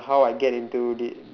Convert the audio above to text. how I get into it